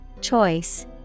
Choice